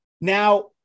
Now